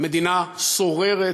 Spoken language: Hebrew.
"מדינה סוררת".